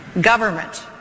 Government